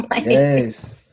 Yes